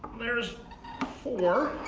there's four.